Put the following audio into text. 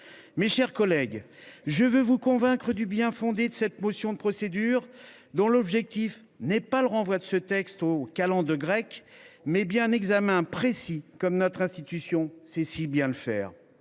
Mes chers collègues, je veux vous convaincre du bien fondé de cette motion de procédure, dont l’objectif n’est pas le renvoi de ce texte aux calendes grecques, mais bien son examen précis, comme notre assemblée sait si bien le faire.